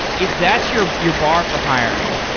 if that's your your bar for hiring,